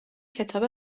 کتاب